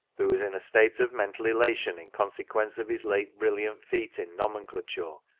who was in a state of mental elation in consequence of his late brilliant feat in nomenclature,